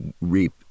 reap